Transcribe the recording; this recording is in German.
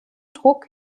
druck